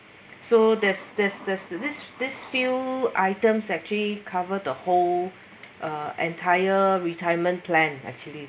so there's there's there's this this few items actually cover the whole uh entire retirement plan actually